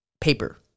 paper